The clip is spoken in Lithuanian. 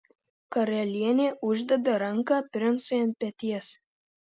karalienė uždeda ranką princui ant peties